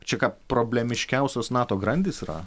čia ką problemiškiausios nato grandys yra